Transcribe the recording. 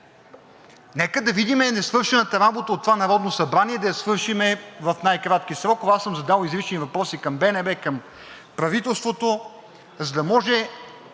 Нека да видим несвършената работа от това Народно събрание и да я свършим в най-кратки срокове. Аз съм задал изрични въпроси към БНБ, към правителството, за да може,